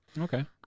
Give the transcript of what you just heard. Okay